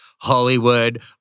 Hollywood